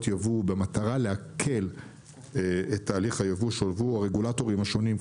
ייבוא במטרה להקל את תהליך הייבוא שולבו הרגולטורים השונים,